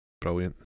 Brilliant